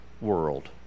world